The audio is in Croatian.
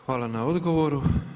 Hvala na odgovoru.